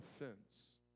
Offense